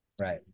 right